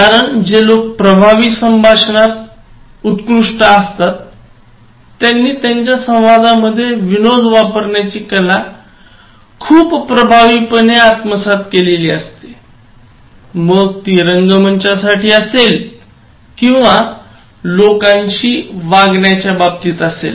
कारण जे लोक प्रभावी संभाषणात उत्कृष्ट आहेत त्यांनी त्यांच्या संवादामध्ये विनोद वापरण्याची कला खूप प्रभावीपणे आत्मसात केलेली असते मग ती रंगमंचासाठी असेल किंवा लोकांशी वागण्याच्या बाबतीत असेल